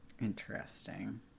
Interesting